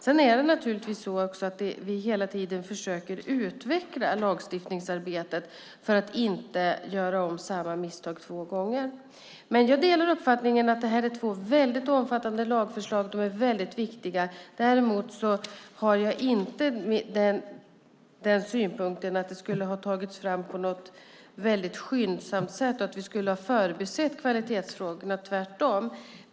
Hela tiden försöker vi givetvis också utveckla lagstiftningsarbetet för att inte göra samma misstag två gånger. Jag delar alltså uppfattningen att det handlar om två väldigt omfattande lagförslag. De är väldigt viktiga. Däremot har jag inte synpunkten att de tagits fram väldigt skyndsamt och att vi förbisett kvalitetsfrågorna - tvärtom!